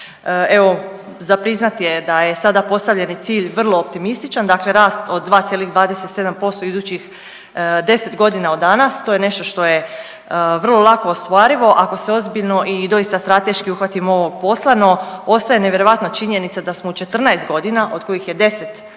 Evo za priznati je da je sada postavljeni cilj vrlo optimističan. Dakle, rast od 2,27% u idućih 10 godina od danas to je nešto što je vrlo lako ostvarivo ako se ozbiljno i doista strateški uhvatimo ovog posla, no ostaje nevjerojatna činjenica da smo u 14 godina od kojih je 10 period